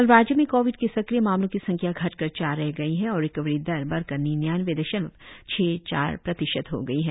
कल राज्य में कोविड के सक्रिय मामलों की संख्या घटकर चार रह गई है और रिकवरी दर बढकर निन्यानबे दशमलव छह चार प्रतिशत हो गई है